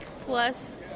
plus